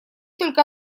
только